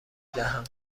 دهم